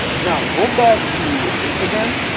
now go back to instagram